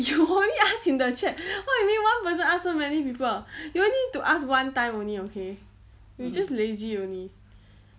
you only ask in the chat [what] you mean one person ask so many people you only need to ask one time only okay you just lazy only